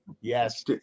yes